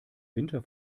winter